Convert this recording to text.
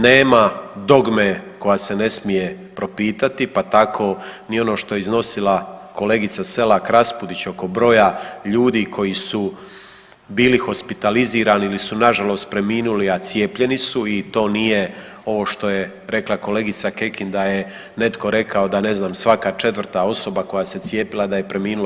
Nema dogme koja se ne smije propitati, pa tako ni ono što je iznosila kolegica Selak-Raspudić oko broja ljudi koji su bili hospitalizirani ili su na žalost preminuli, a cijepljeni su i to nije ovo što je rekla kolegica Kekin da je netko rekao da ne znam svaka četvrta osoba koja se cijepila da je preminula.